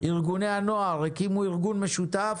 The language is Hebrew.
ארגוני הנוער הקימו ארגון משותף,